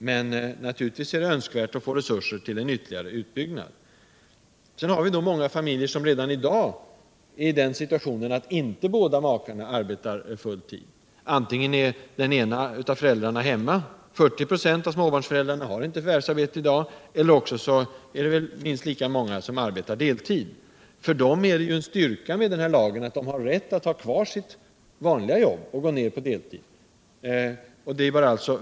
Men naturligtvis är det önskvärt att få resurser till en ytterligare utbyggnad. Sedan har vi de många familjer som redan i dag är i den situationen, att inte båda makarna arbetar full tid. Antingen är den ena av föräldrarna hemma — i 40 "0 av småbarnsfamiljerna har i dag inte båda föräldrarna förvärvsarbete - eller också arbetar den ena deltid. För dem är den här lagen en styrka — den ger dem rätt att ha kvar sitt vanliga jobb på deltid.